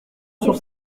sur